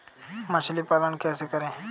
मछली पालन कैसे करें?